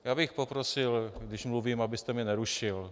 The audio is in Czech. Já bych poprosil, když mluvím, abyste mě nerušil.